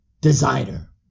Designer